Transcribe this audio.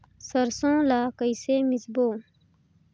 सरसो ला कइसे मिसबो?